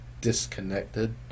disconnected